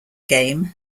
game